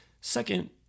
Second